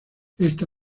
esta